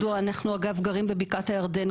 אנחנו אגב גרים בבקעת הירדן,